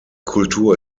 kultur